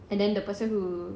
and then the person who